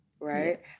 Right